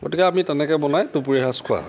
গতিকে আমি তেনেকৈ বনাই দুপৰীয়া সাজ খোৱা হয়